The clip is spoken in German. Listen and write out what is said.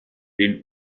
den